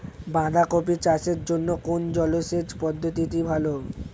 বাঁধাকপি চাষের জন্য কোন জলসেচ পদ্ধতিটি ভালো?